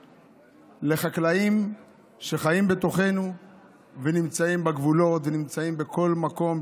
לחקלאים שחיים בתוכנו ונמצאים בגבולות ונמצאים בכל מקום,